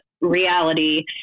reality